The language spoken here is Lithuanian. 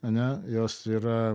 ane jos yra